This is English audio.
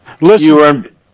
listen